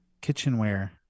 Kitchenware